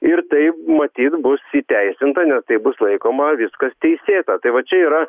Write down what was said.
ir taip matyt bus įteisinta nes tai bus laikoma viskas teisėta tai vat čia yra